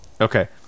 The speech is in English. okay